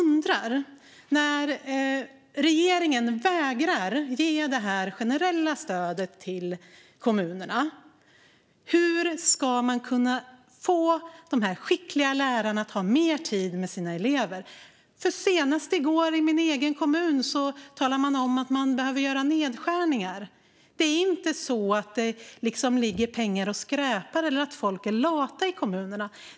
När regeringen vägrar ge detta generella stöd till kommunerna, hur ska man då kunna få de skickliga lärarna att ha mer tid med sina elever? Senast i går i min egen kommun talade man om att man behöver göra nedskärningar. Det är inte så att det ligger pengar och skräpar eller att folk är lata i kommunerna.